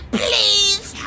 please